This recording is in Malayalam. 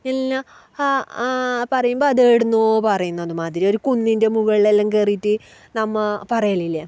ഇല്ല ആ ആ പറയുമ്പം അത് എവിടുന്നോ പറയുന്നത് മാതിരി ഒരു കുന്നിൻ്റെ മുകളിലെല്ലാം കയറിയിട്ട് നമ്മൾ പറയലില്ലേ